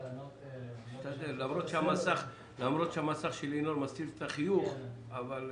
המסך לא מסתיר את החיוך שלי.